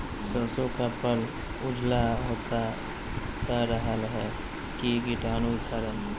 सरसो का पल उजला होता का रहा है की कीटाणु के करण?